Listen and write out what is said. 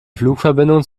flugverbindung